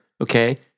Okay